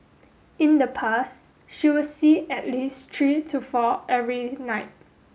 in the past she would see at least three to four every night